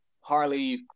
Harley